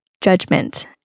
judgment